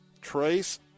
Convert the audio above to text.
Trace